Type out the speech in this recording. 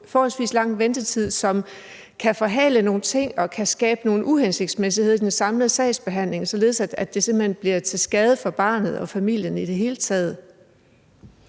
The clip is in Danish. forholdsvis lang ventetid, som kan forhale nogle ting og kan skabe nogle uhensigtsmæssigheder i den samlede sagsbehandling, således at det simpelt hen bliver til skade for barnet og familien i det hele taget?